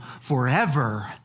forever